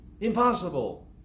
Impossible